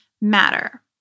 matter